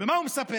ומה הוא מספר?